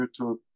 YouTube